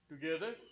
together